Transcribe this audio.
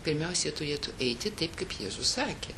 pirmiausia turėtų eiti taip kaip jėzus sakė